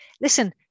listen